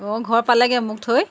অঁ ঘৰ পালেগৈ মোক থৈ